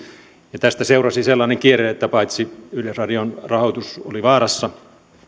ja tästä seurasi sellainen kierre että paitsi että yleisradion rahoitus oli vaarassa